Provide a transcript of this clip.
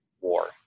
war